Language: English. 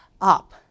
up